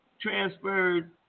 transferred